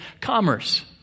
commerce